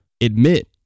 admit